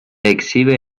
exhibe